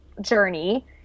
Journey